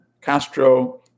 Castro